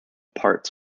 parts